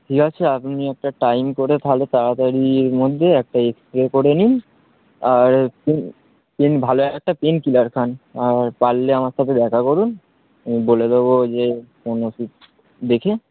ঠিক আছে আপনি একটা টাইম করে তাহলে তাড়াতাড়ির মধ্যে একটা এক্স রে করে নিন আর পেন ভালো একটা পেন কিলার খান আর পারলে আমার সাথে দেখা করুন বলে দেবো যে কোন ওষুধ দেখে